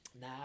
Nah